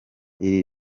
iri